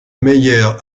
meyer